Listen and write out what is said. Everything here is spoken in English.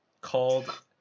called